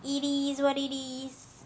it is what it is